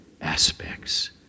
aspects